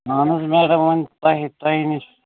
madam وۄنۍ ترٛاوِہے تۄہے نِش